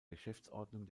geschäftsordnung